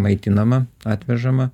maitinama atvežama